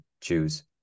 choose